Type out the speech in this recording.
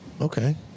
Okay